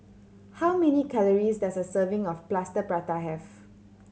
how many calories does a serving of Plaster Prata have